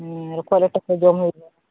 ᱦᱩᱸ ᱨᱚᱠᱚᱡ ᱞᱮᱴᱚ ᱠᱚ ᱡᱚᱢ ᱦᱩᱭᱩᱜᱼᱟ